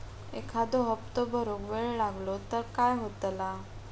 एखादो हप्तो भरुक वेळ लागलो तर काय होतला?